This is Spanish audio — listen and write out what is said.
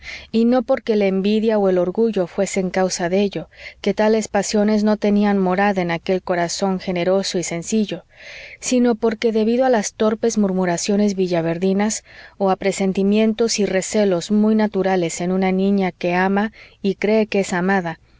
y no porque la envidia o el orgullo fuesen causa de ello que tales pasiones no tenían morada en aquel corazón generoso y sencillo sino porque debido a las torpes murmuraciones villaverdinas o a presentimientos y recelos muy naturales en una niña que ama y cree que es amada